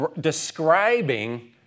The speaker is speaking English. describing